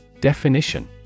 Definition